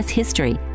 history